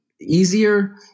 easier